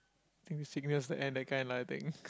think this signals the end that kind lah I think